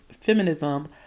feminism